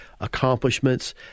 accomplishments